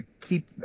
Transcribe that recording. keep